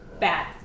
Bad